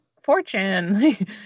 fortune